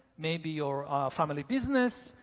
maybe your family business,